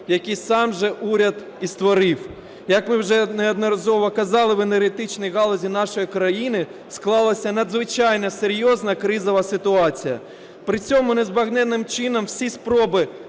які сам же уряд і створив. Як ми вже неодноразово казали, в енергетичній галузі нашої країни склалася надзвичайно серйозна кризова ситуація. При цьому незбагненним чином всі спроби